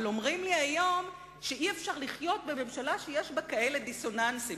אבל אומרים לי היום שאי-אפשר לחיות בממשלה שיש בה כאלה דיסוננסים.